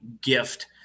gift